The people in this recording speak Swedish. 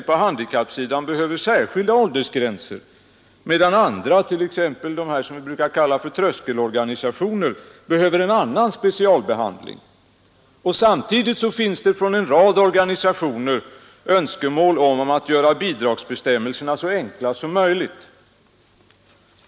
på handikappsidan, behöver särskilda åldersgränser, medan andra, t.ex. dem vi brukar kalla för tröskelorganisationer, behöver en annan specialbehandling. Samtidigt finns från en rad organisationer önskemål om att göra bidragsbestämmelserna så enkla som möjligt.